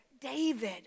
David